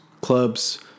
clubs